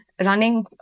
running